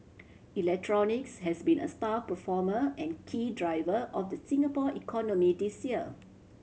electronics has been a star performer and key driver of the Singapore economy this year